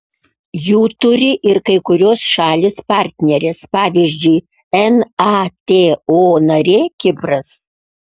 jų turi ir kai kurios šalys partnerės pavyzdžiui nato narė kipras